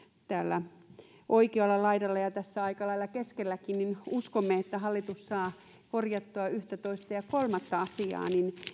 täällä oikealla laidalla ja tässä aika lailla keskelläkin uskomme että hallitus saa korjattua yhtä toista ja kolmatta asiaa